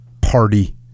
party